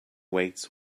weights